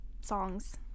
songs